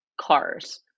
cars